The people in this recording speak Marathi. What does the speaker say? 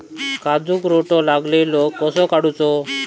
काजूक रोटो लागलेलो कसो काडूचो?